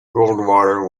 goldwater